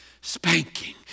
spanking